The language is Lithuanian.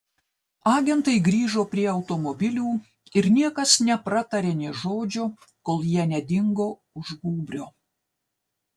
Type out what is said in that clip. agentai grįžo prie automobilių ir niekas nepratarė nė žodžio kol jie nedingo už gūbrio